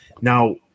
now